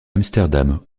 amsterdam